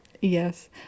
Yes